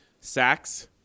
sacks